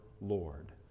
Lord